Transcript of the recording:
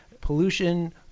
pollution